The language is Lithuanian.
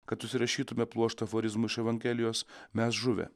kad užsirašytumėme pluoštą aforizmų iš evangelijos mes žuvę